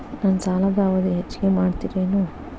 ನನ್ನ ಸಾಲದ ಅವಧಿ ಹೆಚ್ಚಿಗೆ ಮಾಡ್ತಿರೇನು?